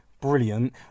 Brilliant